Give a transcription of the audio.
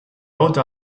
rode